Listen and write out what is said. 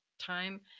time